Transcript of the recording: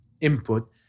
input